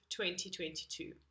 2022